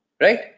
right